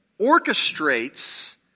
orchestrates